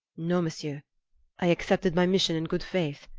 no, monsieur i accepted my mission in good faith.